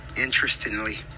Interestingly